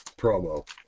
promo